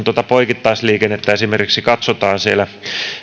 tuota poikittaisliikennettä katsotaan siellä